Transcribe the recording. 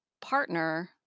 partner